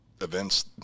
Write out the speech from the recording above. events